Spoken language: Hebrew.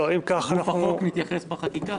גוף החוק מתייחס בחקיקה.